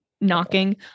knocking